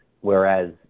whereas